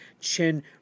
chin